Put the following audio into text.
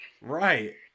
Right